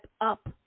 up